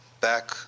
back